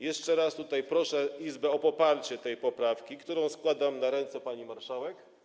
Jeszcze raz proszę Izbę o poparcie tej poprawki, którą składam na ręce pani marszałek.